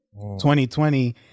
2020